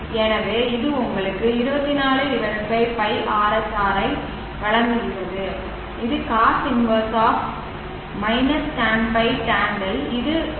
எனவே இது உங்களுக்கு 24 π rsr ஐ வழங்குகிறது இது cos 1 tan ϕ tan